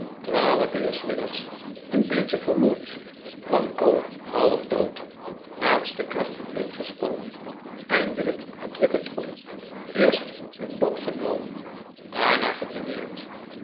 twaalf uur s middags een beetje vermoeid quanko halfdood laatste krachten ingespannen eindelijk het wicket om eerst een bad genomen daarna gedineerd